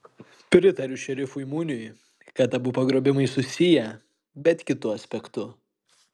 pritariu šerifui muniui kad abu pagrobimai susiję bet kitu aspektu